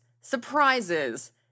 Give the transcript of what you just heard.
surprises